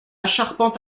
charpente